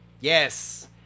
Yes